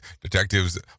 Detectives